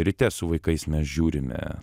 ryte su vaikais mes žiūrime